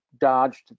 dodged